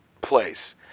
place